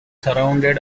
surrounded